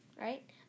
Right